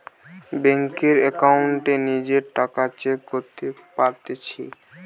বেংকের একাউন্টে নিজের টাকা চেক করতে পারতেছি